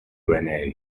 wna